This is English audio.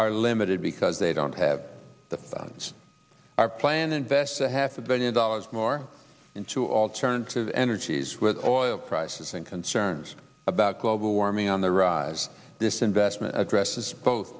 are limited because they don't have the funds our plan invest a half a billion dollars more into alternative energies with oil prices and concerns about global warming on the rise disinvestment addresses both